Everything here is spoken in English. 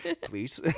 Please